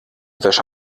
wäsche